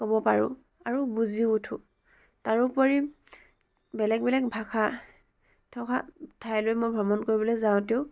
ক'ব পাৰোঁ আৰু বুজিও উঠোঁ তাৰোপৰি বেলেগ বেলেগ ভাষা থকা ঠাইলৈ মই ভ্ৰমণ কৰিবলৈ যাওঁতেও